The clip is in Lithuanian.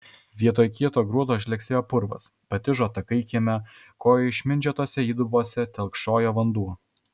vietoj kieto gruodo žlegsėjo purvas patižo takai kieme kojų išmindžiotose įdubose telkšojo vanduo